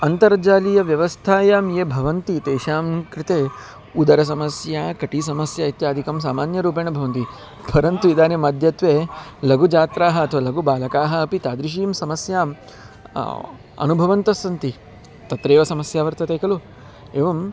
अन्तर्जालीयव्यवस्थायां ये भवन्ति तेषां कृते उदरसमस्या कटिसमस्या इत्यादिकं सामान्यरूपेण भवन्ति परन्तु इदानीं अद्यत्वे लघु छात्राः अथवा लघु बालकाः अपि तादृशीं समस्याम् अनुभवन्तस्सन्ति तत्रैव समस्या वर्तते खलु एवं